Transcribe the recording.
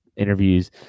interviews